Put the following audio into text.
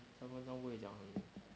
三分钟不会讲很远